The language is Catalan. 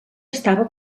estava